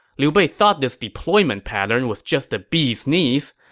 liu bei thought this deployment pattern was just the bee's knees,